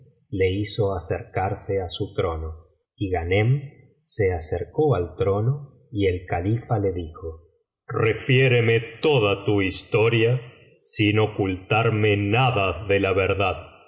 le hizo acercarse á su trono y ghanem se acercó al trono y el califa le dijo refiéreme toda tu historia sin ocultarme nacía de la verdad